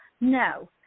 No